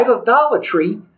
idolatry